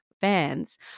fans